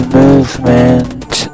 movement